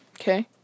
Okay